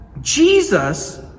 Jesus